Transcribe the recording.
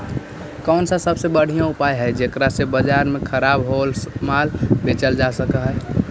कौन सा सबसे बढ़िया उपाय हई जेकरा से बाजार में खराब होअल माल बेचल जा सक हई?